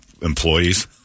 employees